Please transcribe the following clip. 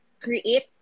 create